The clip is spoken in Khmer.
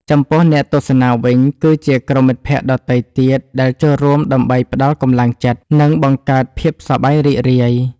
ចំពោះអ្នកទស្សនាវិញ គឺជាក្រុមមិត្តភក្តិដទៃទៀតដែលចូលរួមដើម្បីផ្ដល់កម្លាំងចិត្ត និងបង្កើតភាពសប្បាយរីករាយ។